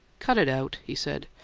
cut it out, he said.